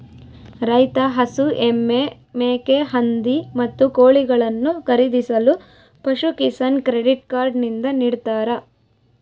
ರೈತ ಹಸು, ಎಮ್ಮೆ, ಮೇಕೆ, ಹಂದಿ, ಮತ್ತು ಕೋಳಿಗಳನ್ನು ಖರೀದಿಸಲು ಪಶುಕಿಸಾನ್ ಕ್ರೆಡಿಟ್ ಕಾರ್ಡ್ ನಿಂದ ನಿಡ್ತಾರ